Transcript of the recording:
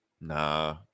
Nah